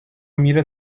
میره